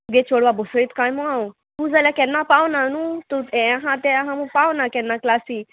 तुगे चोडवा बसूयत काय म्हूण हांव तूं जाल्यार केन्ना पावना न्हू तूं हें आहा तें आहा म्हूण पावना केन्ना क्लासी